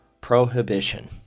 Prohibition